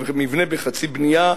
ומבנה בחצי בנייה,